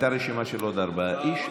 הייתה רשימה של עוד ארבעה איש,